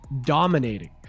dominating